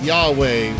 Yahweh